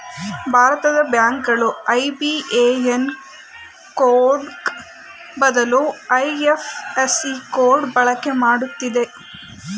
ಭಾರತದ ಬ್ಯಾಂಕ್ ಗಳು ಐ.ಬಿ.ಎಂ.ಎನ್ ಕೋಡ್ಗೆ ಬದಲು ಐ.ಎಫ್.ಎಸ್.ಸಿ ಕೋಡ್ ಬಳಕೆ ಮಾಡುತ್ತಿದೆ